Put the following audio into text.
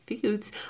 foods